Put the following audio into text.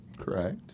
correct